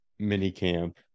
minicamp